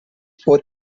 for